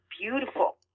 beautiful